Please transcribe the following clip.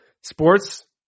Sports